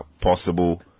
possible